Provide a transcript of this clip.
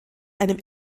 einem